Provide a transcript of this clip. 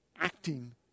acting